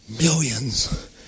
Millions